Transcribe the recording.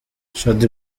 shaddy